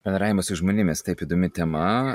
bendravimas su žmonėmis taip įdomi tema